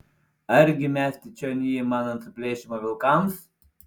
argi mesti čion jį man ant suplėšymo vilkams